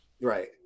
right